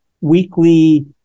weekly